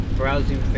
browsing